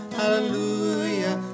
hallelujah